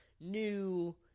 new